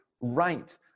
right